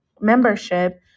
membership